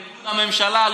בניגוד לממשלה,